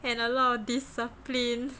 and a lot of discipline